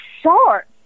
short